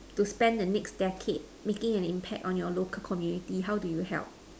to spend the next decade making an impact on your local community how do you help